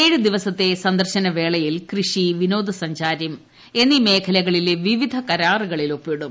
ഏഴ് ദിവസത്തെ സന്ദർശനവേളയിൽ കൃഷി വിനോദസഞ്ച്ദ്രം എന്നീ മേഖലകളിലെ വിവിധ കരാറുകളിൽ ഒപ്പിടും